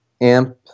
amp